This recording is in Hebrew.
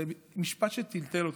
זה משפט שטלטל אותי.